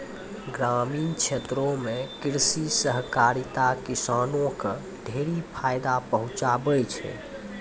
ग्रामीण क्षेत्रो म कृषि सहकारिता किसानो क ढेरी फायदा पहुंचाबै छै